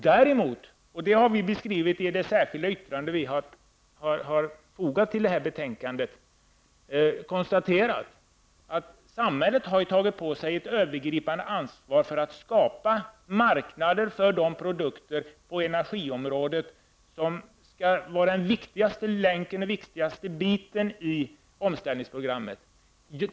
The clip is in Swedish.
Däremot har vi konstaterat -- det har vi beskrivit i det särskilda yttrande som vi har fogat till betänkandet -- att samhället har tagit på sig ett övergripande ansvar för att skapa marknader för de produkter på energiområdet som skall vara den viktigaste delen av omställningsprogrammet.